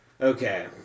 Okay